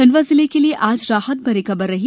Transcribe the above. खंडवा जिले के लिये आज राहत भरी खबर रही